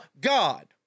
God